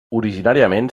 originàriament